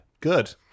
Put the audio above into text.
good